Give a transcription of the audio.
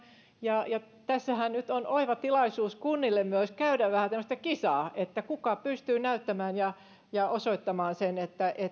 tässähän nyt on oiva tilaisuus kunnille myös käydä vähän tämmöistä kisaa että kuka pystyy näyttämään ja ja osoittamaan sen